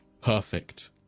perfect